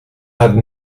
hatte